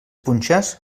punxes